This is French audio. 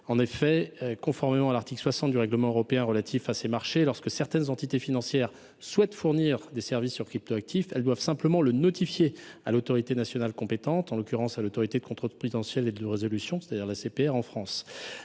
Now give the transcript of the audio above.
En effet, conformément à l’article 60 du règlement européen sur les marchés de cryptoactifs (Mica), lorsque certaines entités financières souhaitent fournir des services sur cryptoactifs, elles doivent simplement le notifier à l’autorité nationale compétente, en l’occurrence à l’Autorité de contrôle prudentiel et de résolution en France.